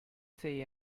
see